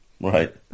Right